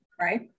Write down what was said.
right